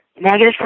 negative